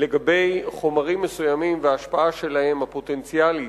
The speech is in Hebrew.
לגבי חומרים מסוימים וההשפעה שלהם, הפוטנציאלית,